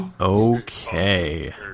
Okay